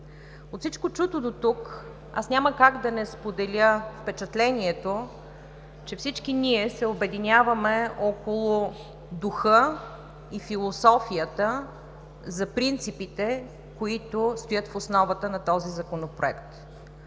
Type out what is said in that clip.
От всичко чуто дотук няма как да не споделя впечатлението, че всички ние се обединяваме около духа и философията за принципите, които стоят в основата на Законопроекта